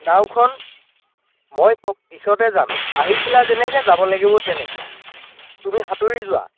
নাওখন মই পিছতে যাম আহিছিলা যেনেকৈ যাব লাগিবও তেনেকৈ তুমি সাঁতুৰি যোৱা